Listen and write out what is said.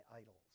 idols